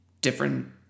different